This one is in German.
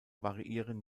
variieren